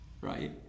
right